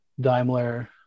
Daimler